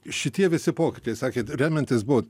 šitie visi pokyčiai sakė remiantis buvo